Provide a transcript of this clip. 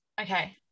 okay